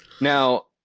now